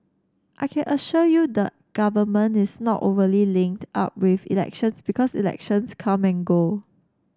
I can assure you the government is not overly linked up with elections because elections come and go